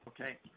Okay